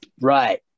Right